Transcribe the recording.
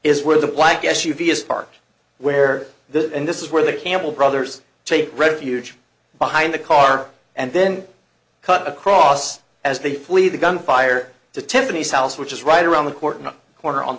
is where the black s u v s park where the and this is where the campbell brothers take refuge behind the car and then cut across as they flee the gunfire to tiffany's house which is right around the corner corner on